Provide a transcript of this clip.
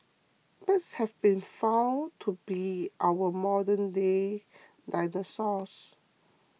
birds have been found to be our modernday dinosaurs